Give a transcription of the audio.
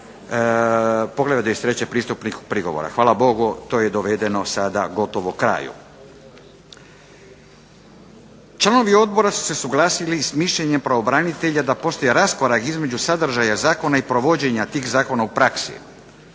Hvala Bogu to je dovedeno sada gotovo kraju. Članovi odbora su se suglasili s mišljenjem pravobranitelja da postoji raskorak između sadržaja zakona i provođenja tih zakona u praksi